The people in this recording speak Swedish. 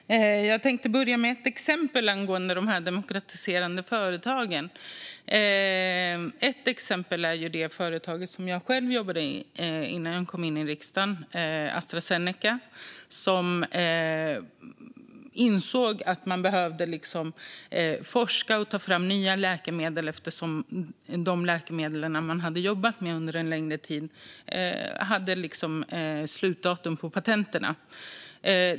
Fru talman! Jag tänkte börja med ett exempel angående demokratiserande av företag. Ett exempel är det företag som jag själv jobbade i innan jag kom in i riksdagen, nämligen Astra Zeneca. Företaget insåg att man behövde forska och ta fram nya läkemedel eftersom de läkemedel man hade jobbat med under en längre tid hade slutdatum på patenten.